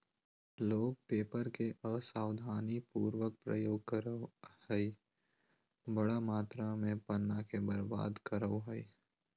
लोग पेपर के असावधानी पूर्वक प्रयोग करअ हई, बड़ा मात्रा में पन्ना के बर्बाद करअ हई